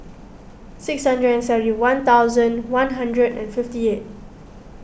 six hundred and seventy one thousand one hundred and fifty eight